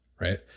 right